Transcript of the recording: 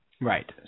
Right